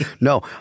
No